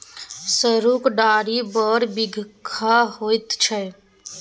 सरुक डारि बड़ बिखाह होइत छै